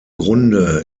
grunde